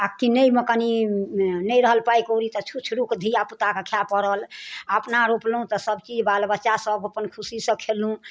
आ कीनैमे कनि नहि रहल पाइ कौड़ी तऽ छूछ रूख धियापुताके खाए पड़ल अपना रोपलहुॅं तऽ सभ चीज बाल बच्चा सभ अपन खुशी से खेलहुॅं